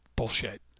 bullshit